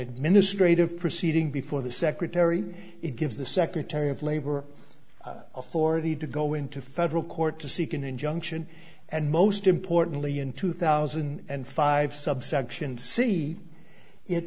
administrative proceeding before the secretary it gives the secretary of labor or authority to go into federal court to seek an injunction and most importantly in two thousand and five subsection